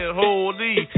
holy